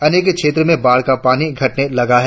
अनेक क्षेत्रो से बाढ़ का पानी घटने लगा है